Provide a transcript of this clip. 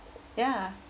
ya